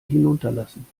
hinunterlassen